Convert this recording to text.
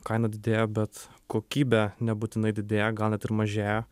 kaina didėja bet kokybė nebūtinai didėja gal net ir mažėja